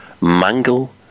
Mangle